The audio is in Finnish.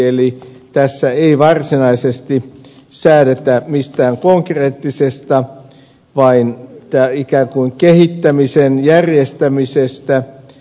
eli tässä ei varsinaisesti säädetä mistään konkreettisesta vaan ikään kuin kehittämisen järjestämisestä